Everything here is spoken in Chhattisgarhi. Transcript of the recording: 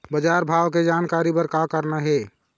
बजार भाव के जानकारी बर का करना हे?